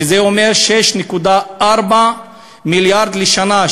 שזה אומר 6.4 מיליארד לשנה,